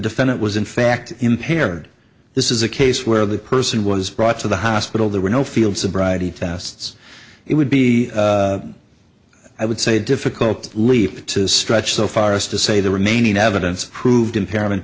defendant was in fact impaired this is a case where the person was brought to the hospital there were no field sobriety tests it would be i would say difficult leave it to stretch so far as to say the remaining evidence proved impairment